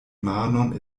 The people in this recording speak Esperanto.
manon